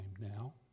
now